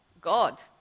God